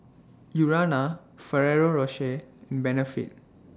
Urana Ferrero Rocher and Benefit